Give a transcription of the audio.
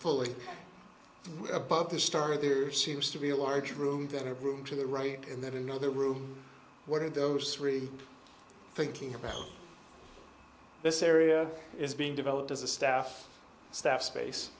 fully above the start of the or seems to be a large room then a room to the right in that another room what are those three thinking about this area is being developed as a staff staff space